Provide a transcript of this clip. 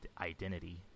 identity